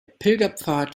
pilgerpfad